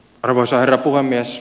arvoisa herra puhemies